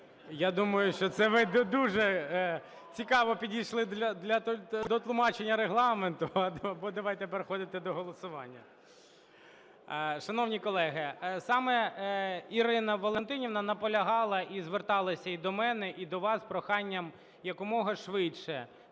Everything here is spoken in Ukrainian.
Я думаю, що це ви дуже цікаво підійшли до тлумачення Регламенту. Або давайте переходити до голосування. Шановні колеги, саме Ірина Валентинівна наполягала і зверталася і до мене, і до вас з проханням якомога швидше